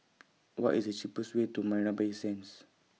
What IS The cheapest Way to Marina Bay Sands